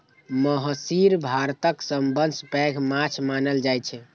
महसीर भारतक सबसं पैघ माछ मानल जाइ छै